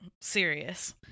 serious